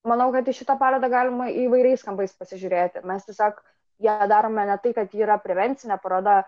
manau kad į šitą parodą galima įvairiais kampais pasižiūrėti mes tiesiog ją darome ne tai kad ji yra prevencinė paroda